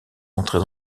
entrée